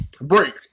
Break